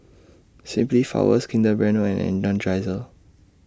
Simply Flowers Kinder Bueno and Energizer